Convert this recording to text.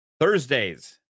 Thursdays